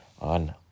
on